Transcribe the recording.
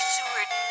Seward